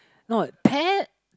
not ted